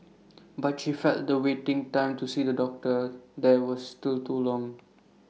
but she felt the waiting time to see A doctor there was still too long